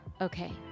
Okay